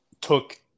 took